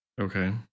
Okay